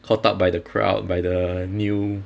caught up by the crowd by the new